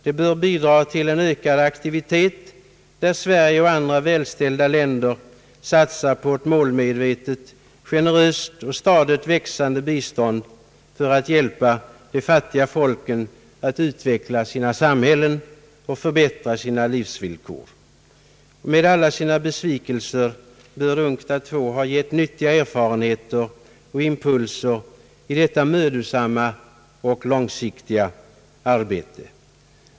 Det bör bidra till ökad aktivitet, där Sverige och andra rika länder satsar på ett målmedvetet, generöst och stadigt växande bistånd för att hjälpa de fattiga folken att utveckla sina samhällen och förbättra sina livsvillkor. Med alla sina besvikelser bör UNCTAD II dock ha gett nyttiga erfarenheter och impulser i detta mödosamma och långsiktiga arbete.